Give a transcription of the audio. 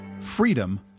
Freedom